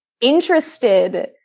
interested